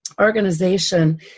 organization